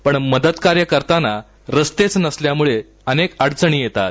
पण मदतकार्य करताना रस्तेच नसल्यामुळे अनेक अडचणी येतात